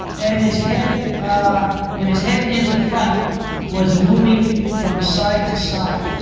and his head ah and his head in the front was moving from side to side.